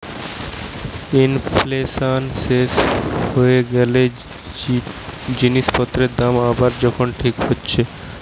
inflation শেষ হয়ে গ্যালে জিনিস পত্রের দাম আবার যখন ঠিক হচ্ছে